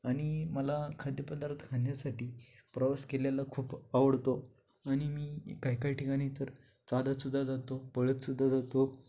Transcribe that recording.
आणि मला खाद्यपदार्थ खाण्यासाठी प्रवास केल्याला खूप आवडतो आणि मी काही काही ठिकाणी तर चालत सुद्धा जातो पळतसुद्धा जातो